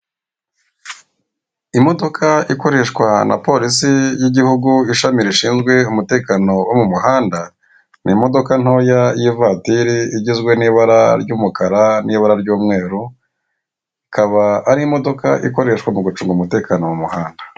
Imodoka ikoreshwa na polisi y'igihugu, ishami rishinzwe umutekano wo mu muhanda, ni imodoka ntoya y'ivatiri, igizwe n'ibara ry'umukara n'ibara ry'umweru, ikaba ari imodoka ikoreshwa mu gucunga umutekano mu muhanda.